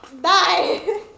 Bye